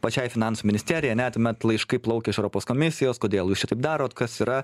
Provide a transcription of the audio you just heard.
pačiai finansų ministerijai ane tuomet laiškai plaukia iš europos komisijos kodėl jūs čia taip darot kas yra